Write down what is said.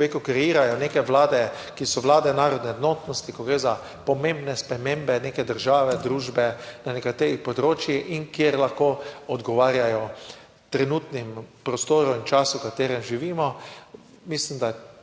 rekel, kreirajo neke vlade, ki so vlade narodne enotnosti, ko gre za pomembne spremembe neke države, družbe na nekaterih področjih, in kjer lahko odgovarjajo trenutnim prostoru in času, v katerem živimo. Mislim, da